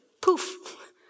poof